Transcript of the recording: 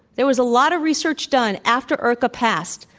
there was a lot of research done after irca passed.